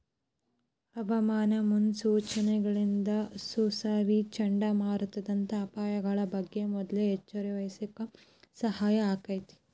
ಹವಾಮಾನ ಮುನ್ಸೂಚನೆಗಳಿಂದ ಸುನಾಮಿ, ಚಂಡಮಾರುತದಂತ ಅಪಾಯಗಳ ಬಗ್ಗೆ ಮೊದ್ಲ ಎಚ್ಚರವಹಿಸಾಕ ಸಹಾಯ ಆಕ್ಕೆತಿ